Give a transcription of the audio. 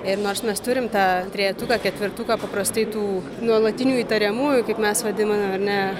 ir nors mes turim tą trejetuką ketvertuką paprastai tų nuolatinių įtariamųjų kaip mes vadiname ar ne